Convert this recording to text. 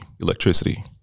electricity